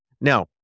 Now